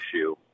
issue